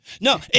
No